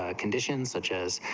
ah conditions such as,